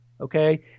Okay